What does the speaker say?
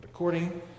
According